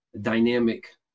dynamic